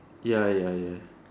ya ya ya